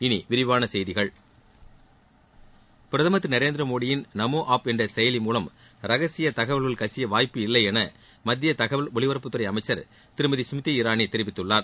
இனி விரிவான செய்திகள் பிரதமர் திரு நரேந்திரமோடியின் நமோ ஆப் என்ற செயலி மூவம் ரகசிய தகவல்கள் கசிய வாய்ப்பு இல்லை என மத்திய தகவல் ஒலிபரப்புத்துறை அமைச்சர் திருமதி ஸ்மிருதி இரானி தெரிவித்துள்ளார்